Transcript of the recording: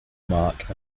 mark